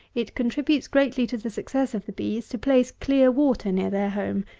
it contributes greatly to the success of the bees, to place clear water near their home,